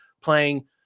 playing